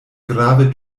grave